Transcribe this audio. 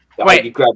Wait